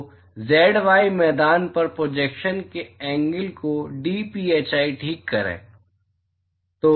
तो z y मैदान पर प्रोजेक्शन के एंगल को dphi ठीक करें